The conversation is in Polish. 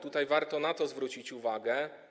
Tutaj warto na to zwrócić uwagę.